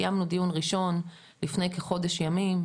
קיימנו דיון ראשון לפני כחודש ימים,